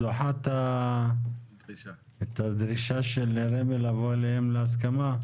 את דוחה את הדרישה של רמ"י לבוא אליהם להסכמה.